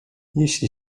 jeżeli